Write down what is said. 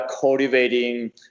cultivating